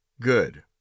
Good